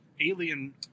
alien